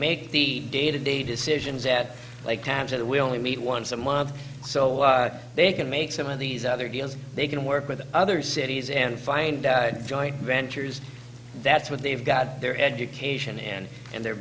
make the day to day decisions at times that we only meet once a month so they can make some of these other deals they can work with other cities and find dad joint ventures that's what they've got their education and and their